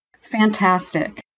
Fantastic